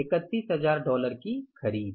31000 dollar की खरीद